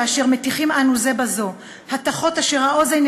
כאשר מטיחים אנו זה בזו הטחות אשר האוזן